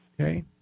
Okay